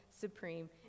supreme